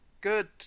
Good